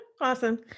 awesome